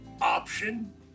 option